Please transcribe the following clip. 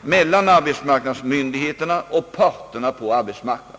mellan arbetsmarknadsmyndigheterna och parterna på arbetsmarknaden.